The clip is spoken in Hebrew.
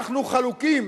אנחנו חלוקים,